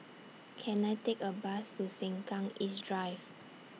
Can I Take A Bus to Sengkang East Drive